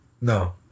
No